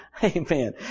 Amen